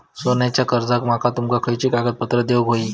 सोन्याच्या कर्जाक माका तुमका खयली कागदपत्रा देऊक व्हयी?